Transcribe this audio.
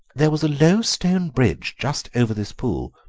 there was a low stone bridge just over this pool,